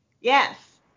Yes